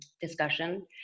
discussion